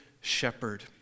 shepherd